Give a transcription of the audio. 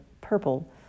purple